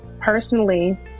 personally